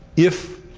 if